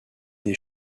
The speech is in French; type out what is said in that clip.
des